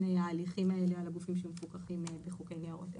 ההליכים על הגופים שמפוקחים בחוקי ניירות ערך.